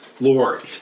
Lord